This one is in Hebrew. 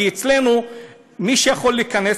כי אצלנו מי שיכול להיכנס,